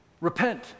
repent